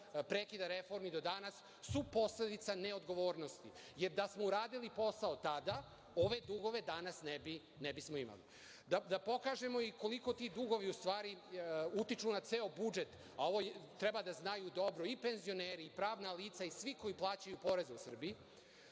prekida reformi do danas, su posledica neodgovornosti. Jer, da smo uradili posao tada, ove dugove danas ne bismo imali. Da pokažemo i koliko ti dugovi u stvari utiču na ceo budžet. Ovo treba da znaju dobro i penzioneri i pravna lica i svi koji plaćaju poreze u Srbiji.